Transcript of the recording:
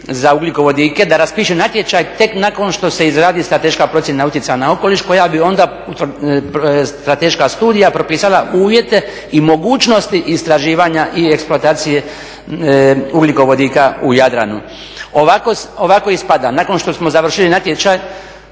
za ugljikovodike da raspiše natječaj tek nakon što se izradi strateška procjena utjecaja na okoliš koja bi onda, strateška studija, propisala uvjete i mogućnosti istraživanja i eksploatacije ugljikovodika u Jadranu. Ovako ispada, nakon što smo završili natječaj